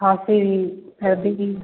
खाँसी भी सर्दी भी